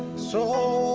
so